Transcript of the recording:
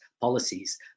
policies